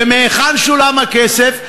ומהיכן שולם הכסף?